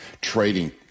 trading